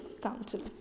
Council